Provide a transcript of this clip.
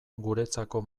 guretzako